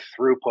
throughput